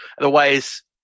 Otherwise